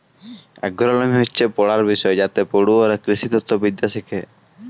agronomy হচ্যে পড়ার বিষয় যাইতে পড়ুয়ারা কৃষিতত্ত্ব বিদ্যা শ্যাখে